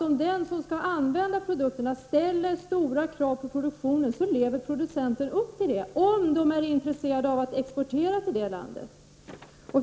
Om den som skall använda produkterna ställer stora krav på produktionen, är det självklart att producenterna lever upp till dessa krav, om de är intresserade av att exportera sina varor.